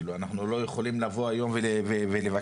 אנחנו לא יכולים לבוא היום ולבקש,